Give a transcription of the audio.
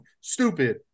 Stupid